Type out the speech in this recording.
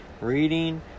reading